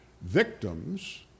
victims